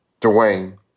Dwayne